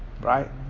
Right